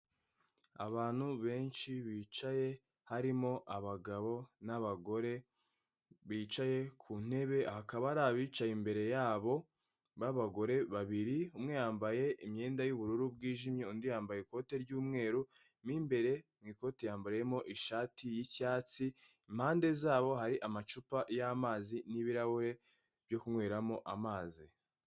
Abantu benshi bicaye harimo abagabo n'abagore bicaye ku ntebe hakaba hari abicaye imbere yabo b'abagore babiri, umwe yambaye imyenda y'ubururu bwijimye, undi yambaye ikoti ry'umweru, mo imbere mu ikoti yambariyemo ishati y'icyatsi impande zabo hari amacupa y'amazi n'ibirahure byo kunyweramo amazi.